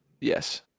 Yes